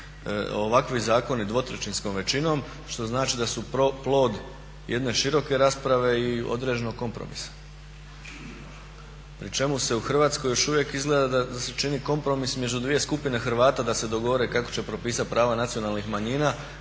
ovakvi zakoni 2/3-skom većinom što znači da su plod jedne široke rasprave i određenog kompromisa, pri čemu se u Hrvatskoj još uvijek izgleda da se čini kompromis između dvije skupine Hrvata da se dogovore kako će propisat prava nacionalnih manjina,